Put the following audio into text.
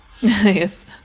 Yes